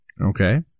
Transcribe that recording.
Okay